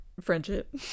friendship